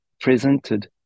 presented